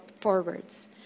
forwards